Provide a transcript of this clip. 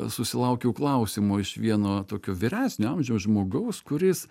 susilaukiau klausimo iš vieno tokio vyresnio amžiaus žmogaus kuris